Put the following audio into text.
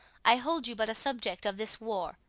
i hold you but a subject of this war,